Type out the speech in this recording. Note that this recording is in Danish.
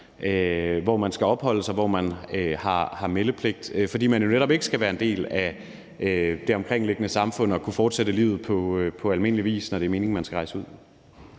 hvor man skal opholde sig, hvor man har meldepligt, fordi man jo netop ikke skal være en del af det omkringliggende samfund og kunne fortsætte livet på almindelig vis, når det er meningen, at man skal rejse ud.